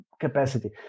capacity